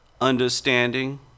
understanding